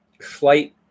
flight